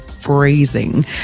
freezing